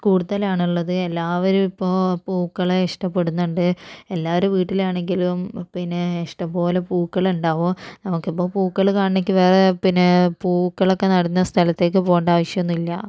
കൂടുതലാണ് ഉള്ളത് എല്ലാവരും ഇപ്പോൾ പൂക്കളെ ഇഷ്ടപ്പെടുന്നുണ്ട് എല്ലാവരും വീട്ടിലാണെങ്കിലും പിന്നെ ഇഷ്ടം പോലെ പൂക്കൾ ഉണ്ടാകും നമുക്കിപ്പോൾ പൂക്കൾ കാണണമെങ്കിൽ വേറെ പിന്നെ പൂക്കളൊക്കെ നടുന്ന സ്ഥലത്തേക്ക് പോകേണ്ട ആവശ്യമൊന്നുമില്ല